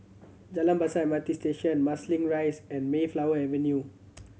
Jalan Besar M R T Station Marsiling Rise and Mayflower Avenue